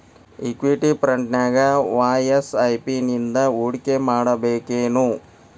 Equity ಫ್ರಂಟ್ನ್ಯಾಗ ವಾಯ SIP ನಿಂದಾ ಹೂಡ್ಕಿಮಾಡ್ಬೆಕೇನು?